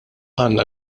għandna